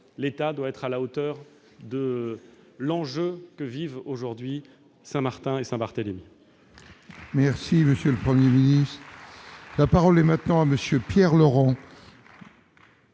l'État doivent être à la hauteur de l'enjeu que vivent aujourd'hui Saint-Martin et Saint-Barthélemy